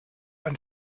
ein